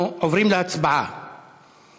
לא רק הצעירים שיושבים כאן משלמים את המחיר,